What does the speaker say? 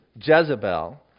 Jezebel